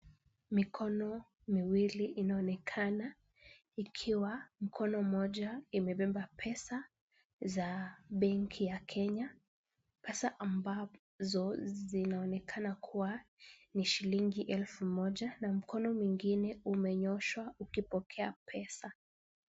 Mikono miwili inaonekana ikiwa mkono mmoja imebeba pesa za benki ya Kenya, pesa ambazo zinaonekana kuwa ni shilingi elfu moja na mkono mwingine umenyooshwa ukipokea pesa.